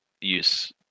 use